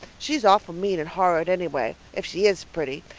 she's awful mean and horrid anyway, if she is pretty.